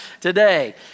today